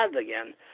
again